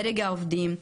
דרג העובדים,